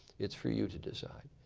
it's for you to decide.